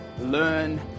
Learn